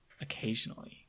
occasionally